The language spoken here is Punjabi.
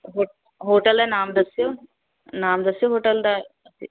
ਹੋ ਹੋਟਲ ਦਾ ਨਾਮ ਦੱਸਿਓ ਨਾਮ ਦੱਸਿਓ ਹੋਟਲ ਦਾ